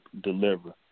deliver